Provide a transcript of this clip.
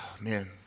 man